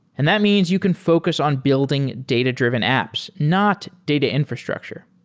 and that means you can focus on building data-driven apps, not data infrastructure.